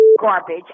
garbage